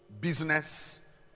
business